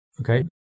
Okay